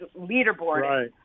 leaderboard